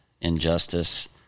injustice